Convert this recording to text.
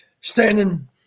standing